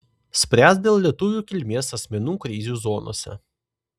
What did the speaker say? spręs dėl lietuvių kilmės asmenų krizių zonose